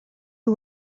who